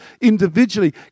individually